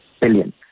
billion